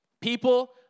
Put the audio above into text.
People